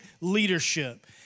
leadership